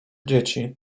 dzieci